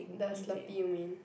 the slurpy you mean